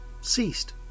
ceased